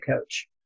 coach